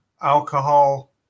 alcohol